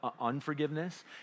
unforgiveness